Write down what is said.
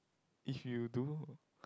if you do